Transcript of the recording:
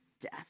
death